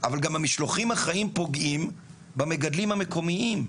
אבל גם המשלוחים החיים פוגעים במגדלים המקומיים.